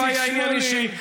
לא היה עניין אישי.